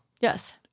Yes